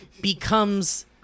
Becomes